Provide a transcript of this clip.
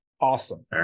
awesome